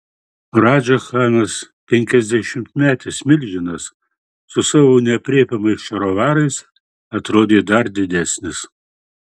radža chanas penkiasdešimtmetis milžinas su savo neaprėpiamais šarovarais atrodė dar didesnis